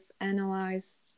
analyze